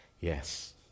yes